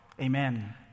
Amen